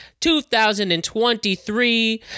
2023